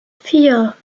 vier